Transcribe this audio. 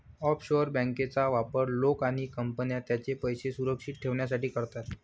offshore बँकांचा वापर लोक आणि कंपन्या त्यांचे पैसे सुरक्षित ठेवण्यासाठी करतात